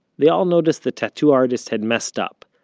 they all noticed the tattoo artist had messed up.